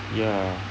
ya